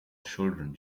children